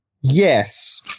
Yes